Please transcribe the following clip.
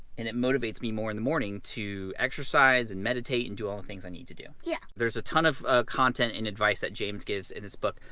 and it motivates me more in the morning to exercise and meditate and do all things i need to do. yeah. there's a ton of content and advice that james gives in this book.